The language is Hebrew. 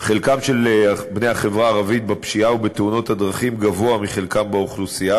חלקם של בני החברה הערבית בתאונות הדרכים גבוה מחלקם באוכלוסייה,